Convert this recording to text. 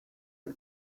del